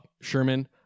sherman